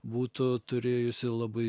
būtų turėjusi labai